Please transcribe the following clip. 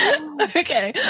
Okay